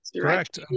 Correct